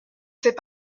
ses